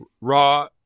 raw